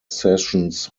sessions